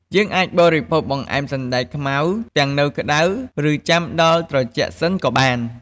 យើងអាចបរិភោគបង្អែមសណ្ដែកខ្មៅទាំងនៅក្ដៅ ឬចាំដល់ត្រជាក់សិនក៏បាន។